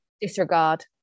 disregard